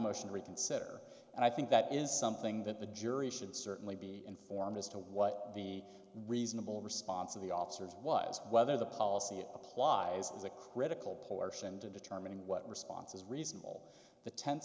motion to reconsider and i think that is something that the jury should certainly be informed as to what the reasonable response of the officers was whether the policy applies as a critical portion to determining what response is reasonable the tenth